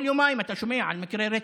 כל יומיים אתה שומע על מקרה רצח.